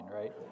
right